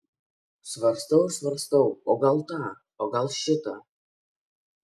svarstau ir svarstau o gal tą o gal šitą